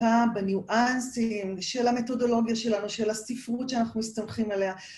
בניואנסים, של המתודולוגיה שלנו, של הספרות שאנחנו מסתמכים עליה.